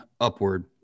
upward